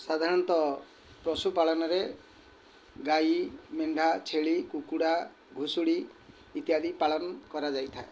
ସାଧାରଣତଃ ପଶୁପାଳନରେ ଗାଈ ମେଣ୍ଢା ଛେଳି କୁକୁଡ଼ା ଘୁଷୁରୀ ଇତ୍ୟାଦି ପାଳନ କରାଯାଇଥାଏ